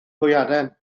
hwyaden